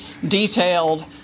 detailed